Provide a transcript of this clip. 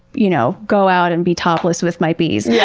you know, go out and be topless with my bees. yeah